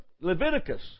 Leviticus